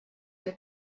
être